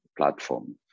platform